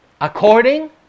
according